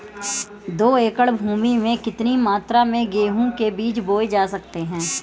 दो एकड़ भूमि में कितनी मात्रा में गेहूँ के बीज बोये जा सकते हैं?